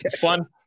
Fun